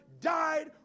died